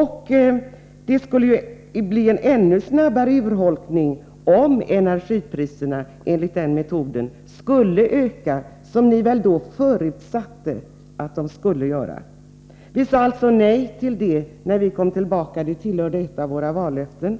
Och det skulle bli en ännu snabbare urholkning om energipriserna skulle öka, som ni väl hade förutsatt. Vi sade nej till detta när vi kom tillbaka till regeringsmakten — det var ett av våra vallöften.